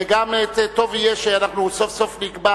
וגם טוב יהיה שאנחנו סוף-סוף נקבע